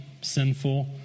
sinful